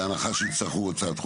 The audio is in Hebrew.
בהנחה שיצטרכו הצעת חוק.